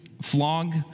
Flog